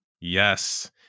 Yes